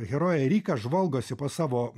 herojė rika žvalgosi po savo